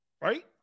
Right